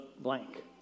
blank